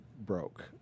broke